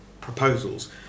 proposals